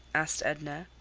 asked edna.